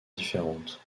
différentes